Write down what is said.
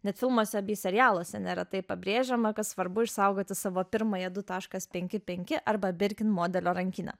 net filmuose bei serialuose neretai pabrėžiama kad svarbu išsaugoti savo pirmąją du taškas penkipenki arba birkin modelio rankinę